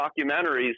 documentaries